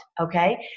okay